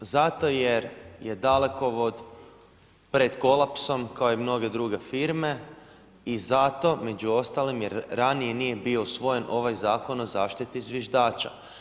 Zato jer je Dalekovod pred kolapsom kao i mnoge druge firme i zato među ostalim jer ranije nije bio usvojen ovaj Zakon o zaštiti zviždača.